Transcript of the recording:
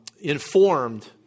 informed